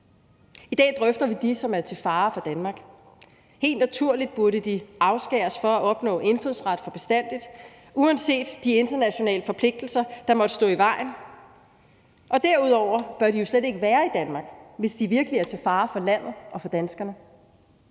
I dag drøfter vi dem, som er til fare for Danmark. Helt naturligt burde de afskæres fra at opnå indfødsret for bestandig uanset de internationale forpligtelser, der måtte stå i vejen. Derudover bør de jo slet ikke være i Danmark, hvis de virkelig er til fare for landet og for danskerne.